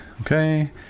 Okay